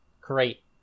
Great